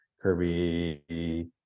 Kirby